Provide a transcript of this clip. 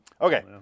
Okay